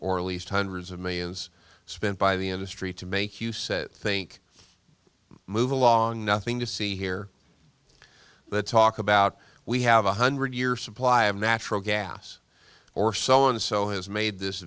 or at least hundreds of millions spent by the industry to make you said think move along nothing to see here but talk about we have a hundred year supply of natural gas or so and so has made this